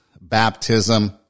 baptism